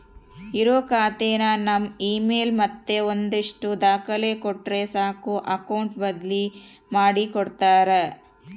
ಇರೋ ಖಾತೆನ ನಮ್ ಇಮೇಲ್ ಮತ್ತೆ ಒಂದಷ್ಟು ದಾಖಲೆ ಕೊಟ್ರೆ ಸಾಕು ಅಕೌಟ್ ಬದ್ಲಿ ಮಾಡಿ ಕೊಡ್ತಾರ